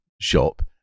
shop